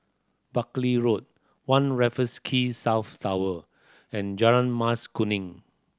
Buckley Road One Raffles Key South Tower and Jalan Mas Kuning